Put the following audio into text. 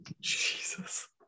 Jesus